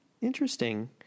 Interesting